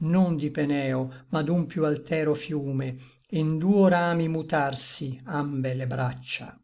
non di peneo ma d'un piú altero fiume e n duo rami mutarsi ambe le braccia